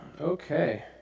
Okay